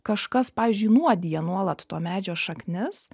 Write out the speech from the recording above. kažkas pavyzdžiui nuodija nuolat to medžio šaknis